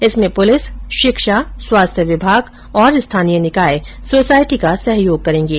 इसमें पुलिस शिक्षा स्वास्थ्य विभाग और स्थानीय निकाय सोसायटी का सहयोग करेंगे